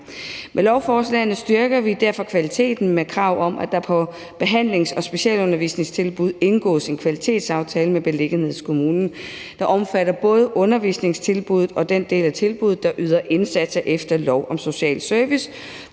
Med lovforslagene styrker vi derfor kvaliteten med krav om, at der vedrørende behandlings- og specialundervisningstilbud indgås en kvalitetsaftale, der omfatter både undervisningstilbuddet og den del af tilbuddet, der yder indsatser efter lov om social service